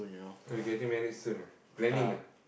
oh you getting married soon ah planning ah